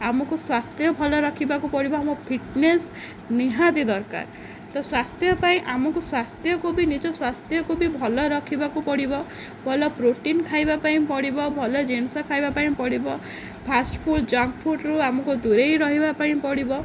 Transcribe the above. ଆମକୁ ସ୍ୱାସ୍ଥ୍ୟ ଭଲ ରଖିବାକୁ ପଡ଼ିବ ଆମ ଫିଟନେସ୍ ନିହାତି ଦରକାର ତ ସ୍ୱାସ୍ଥ୍ୟ ପାଇଁ ଆମକୁ ସ୍ୱାସ୍ଥ୍ୟକୁ ବି ନିଜ ସ୍ୱାସ୍ଥ୍ୟକୁ ବି ଭଲ ରଖିବାକୁ ପଡ଼ିବ ଭଲ ପ୍ରୋଟିନ୍ ଖାଇବା ପାଇଁ ପଡ଼ିବ ଭଲ ଜିନିଷ ଖାଇବା ପାଇଁ ପଡ଼ିବ ଫାଷ୍ଟ ଫୁଡ଼ ଜଙ୍କଫୁଡ଼ରୁ ଆମକୁ ଦୂରେଇ ରହିବା ପାଇଁ ପଡ଼ିବ